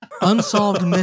Unsolved